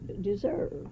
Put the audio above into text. deserve